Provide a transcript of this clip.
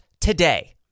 today